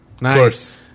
Nice